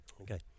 Okay